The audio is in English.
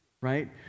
right